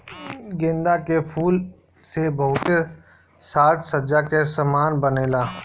गेंदा के फूल से बहुते साज सज्जा के समान बनेला